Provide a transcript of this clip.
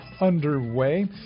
underway